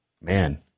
man